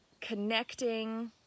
connecting